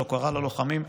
של הוקרה ללוחמים,